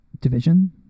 division